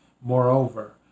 moreover